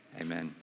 amen